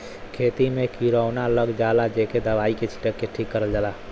खेती में किरौना लग जाला जेके दवाई के छिरक के ठीक करल जाला